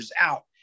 out